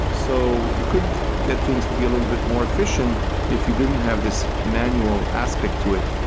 so you could get things to be a little bit more efficient if you didn't have this manual aspect to it.